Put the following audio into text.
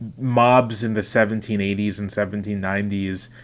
mobs in the seventeen eighties and seventeen nineties.